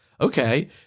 Okay